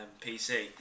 PC